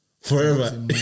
Forever